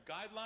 guidelines